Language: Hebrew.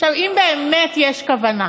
אם יש כוונה,